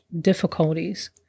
difficulties